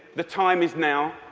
the time is now.